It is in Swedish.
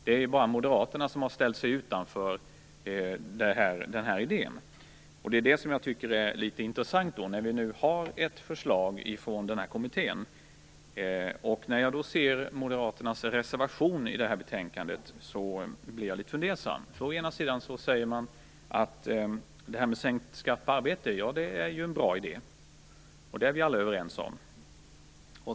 Det är bara Moderaterna som har ställt sig utanför den här idén, och det tycker jag är litet intressant nu när vi har ett förslag från den här kommittén. När jag ser Moderaternas reservation i det här betänkandet blir jag litet fundersam. Å ena sidan säger de att sänkt skatt på arbete är en bra idé, och det är vi alla överens om.